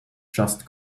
just